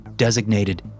designated